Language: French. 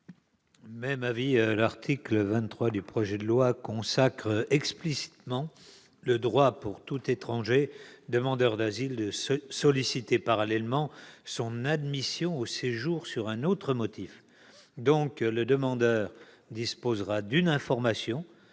Même avis. L'article 23 consacre explicitement le droit pour tout étranger demandeur d'asile de solliciter parallèlement son admission au séjour pour un autre motif. Par conséquent, le demandeur disposera d'une information-